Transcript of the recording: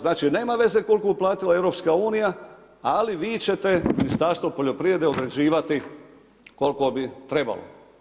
Znači nema veze koliko je uplatila EU ali vi ćete, Ministarstvo poljoprivrede određivati koliko bi trebalo.